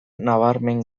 nabarmen